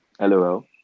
LOL